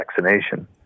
vaccination